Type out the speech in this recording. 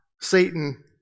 Satan